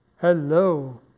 hello